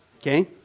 okay